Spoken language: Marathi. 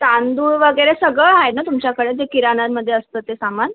तांदूळ वगैरे सगळं आहे ना तुमच्याकडे जे किराणामध्ये असतं ते सामान